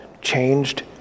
changed